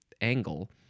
angle